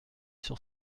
sur